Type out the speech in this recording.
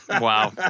Wow